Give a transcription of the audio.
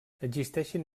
existeixen